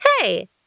hey